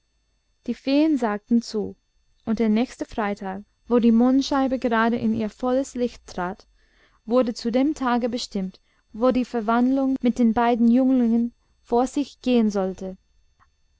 die feen sagten zu und der nächste freitag wo die mondscheibe gerade in ihr volles licht trat wurde zu dem tage bestimmt wo die verwandlung mit den beiden jünglingen vor sich gehn sollte